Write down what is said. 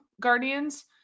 Guardians